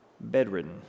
bedridden